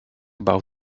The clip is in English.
about